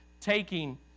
taking